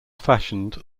fashioned